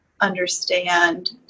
understand